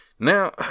Now